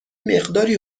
مقداری